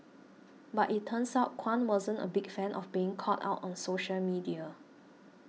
but it turns out Kwan wasn't a big fan of being called out on social media